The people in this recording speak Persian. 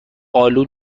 آلو